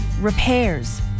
repairs